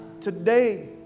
Today